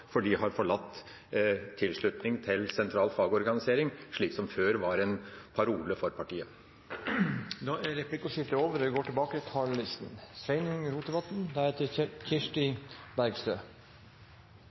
for de har forlatt tilslutning til sentral fagorganisering, som før var en parole for partiet. Replikkordskiftet er over. I godt over ti år har Venstres stortingsrepresentantar stått på denne talarstolen og